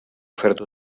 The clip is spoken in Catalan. oferta